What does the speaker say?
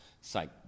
psych